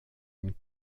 une